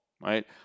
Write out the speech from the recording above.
Right